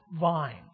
vine